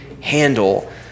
handle